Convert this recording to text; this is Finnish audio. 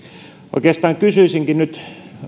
oikeastaan kysyisinkin nyt